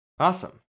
Awesome